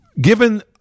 given